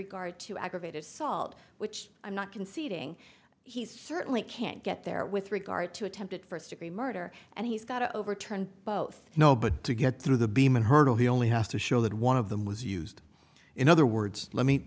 regard to aggravated assault which i'm not conceding he certainly can't get there with regard to attempted first degree murder and he's got to overturn both you know but to get through the beam and hurdle he only has to show that one of them was used in other words let me